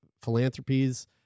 Philanthropies